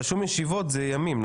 רשום ישיבות, זה ימים.